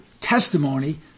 testimony